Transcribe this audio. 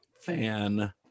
fan